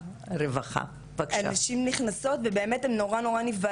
והן כל הזמן חושבות שאנחנו בודקות אותן דרך המצלמות.